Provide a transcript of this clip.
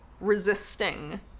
resisting